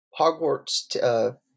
Hogwarts